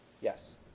Yes